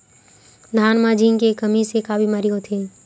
धान म जिंक के कमी से का बीमारी होथे?